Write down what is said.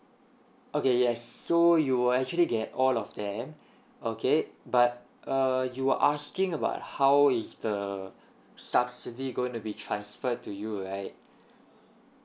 okay yes so you will actually get all of them okay but err you were asking about how is the subsidy going to be transferred to you right